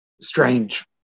strange